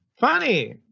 Funny